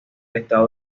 estado